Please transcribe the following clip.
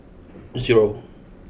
zero